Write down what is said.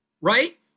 right